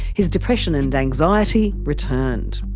his depression and anxiety returned.